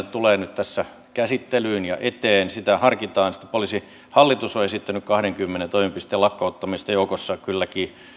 tulee tässä nyt käsittelyyn ja eteen sitä harkitaan poliisihallitus on esittänyt kahteenkymmeneen toimipisteen lakkauttamista joukossa kylläkin